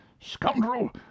Scoundrel